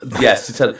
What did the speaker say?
Yes